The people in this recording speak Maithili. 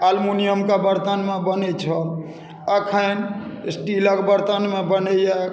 अलमुनियमके बरतनमे बनैत छल एखन स्टीलक बरतनमे बनैए